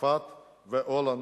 צרפת והולנד.